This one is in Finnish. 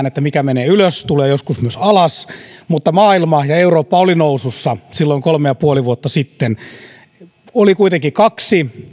että mikä menee ylös tulee joskus myös alas mutta maailma ja eurooppa olivat nousussa silloin kolme ja puoli vuotta sitten oli kuitenkin kaksi